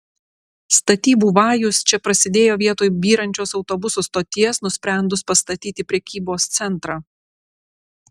statybų vajus čia prasidėjo vietoj byrančios autobusų stoties nusprendus pastatyti prekybos centrą